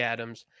Adams